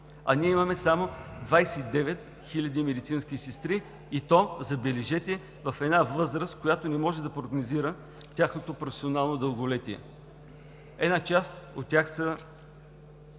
а ние имаме само 29 хиляди медицински сестри, и то, забележете, в една възраст, в която не може да се прогнозира тяхното професионално дълголетие. Една част от тях са